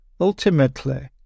Ultimately